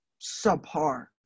subpar